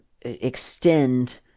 extend